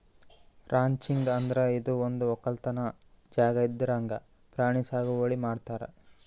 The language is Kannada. ರಾಂಚಿಂಗ್ ಅಂದ್ರ ಇದು ಒಂದ್ ವಕ್ಕಲತನ್ ಜಾಗಾ ಇದ್ರಾಗ್ ಪ್ರಾಣಿ ಸಾಗುವಳಿ ಮಾಡ್ತಾರ್